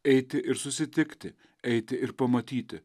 eiti ir susitikti eiti ir pamatyti